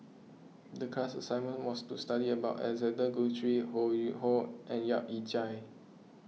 the class assignment was to study about Alexander Guthrie Ho Yuen Hoe and Yap Ee Chian